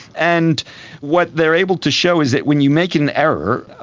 and what they are able to show is that when you make an error,